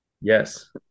Yes